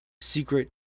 secret